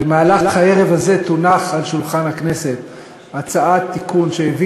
במהלך הערב הזה תונח על שולחן הכנסת הצעת תיקון שהביא